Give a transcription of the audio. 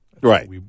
Right